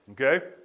Okay